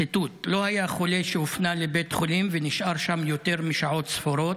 ציטוט: "לא היה חולה שהופנה לבית חולים ונשאר שם יותר משעות ספורות.